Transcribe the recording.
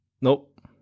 Nope